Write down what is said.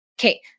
Okay